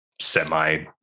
semi